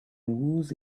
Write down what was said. whose